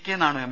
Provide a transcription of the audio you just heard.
K Nanu M